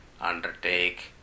undertake